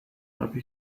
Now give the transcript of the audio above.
habe